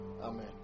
amen